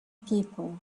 people